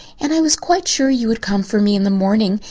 and i was quite sure you would come for me in the morning,